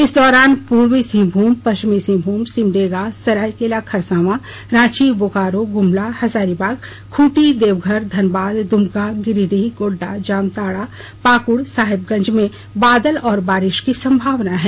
इस दौरान पूर्वी सिंहभूम प सिंहभूम सिमडेगा सरायकेला खरसावां रांची बोकारो ग्मला हजारीबाग खूंटी देवघर धनबाद दुमका गिरिडीह गोड्डा जामताड़ा पाकुड़ साहेबगंज में बादल और बारिश की संभावना है